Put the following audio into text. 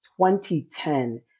2010